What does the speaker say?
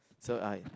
so I